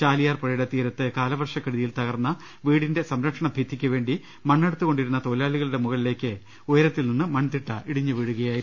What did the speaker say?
ചാലിയാർ പുഴയുടെ തീരത്ത് കാലവർഷക്കെടു തിയിൽ തകർന്ന വീടിന്റെ സംരക്ഷണഭടിത്തിക്ക് വേണ്ടി മണ്ണെടുത്തുകൊണ്ടിരുന്ന തൊഴിലാളികളുടെ മുകളിലേക്ക് ഉയരത്തിൽ നിന്ന് മൺതിട്ട ഇടിഞ്ഞു പ്രീഴുകയായിരുന്നു